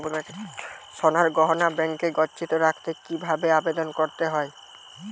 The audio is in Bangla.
সোনার গহনা ব্যাংকে গচ্ছিত রাখতে কি ভাবে আবেদন করতে হয়?